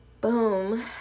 Boom